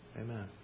Amen